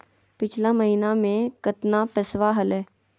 पिछला महीना मे कतना पैसवा हलय?